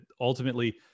ultimately